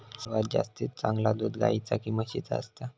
सर्वात जास्ती चांगला दूध गाईचा की म्हशीचा असता?